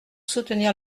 soutenir